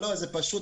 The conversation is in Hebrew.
זה פשוט,